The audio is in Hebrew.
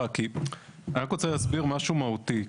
כי אני רק רוצה להסביר משהו מהותי,